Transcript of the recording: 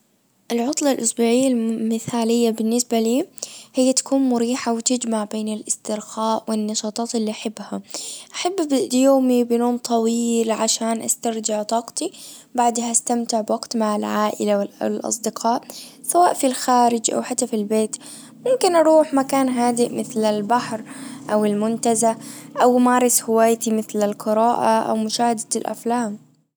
العطلة الاسبوعية المثالية بالنسبة لي هي تكون مريحة وتجمع بين الاسترخاء والنشاطات اللي احبها أحب ابدي يومي بنوم طويل عشان استرجع طاقتي بعدها استمتع بوقت مع العائلة والاصدقاء سواء في الخارج او حتى في البيت ممكن اروح مكان هادئ مثل البحر او المنتزه او مارس هوايتي مثل القراءة او مشاهدة الافلام.